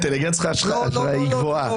האינטליגנציה שלך היא גבוהה,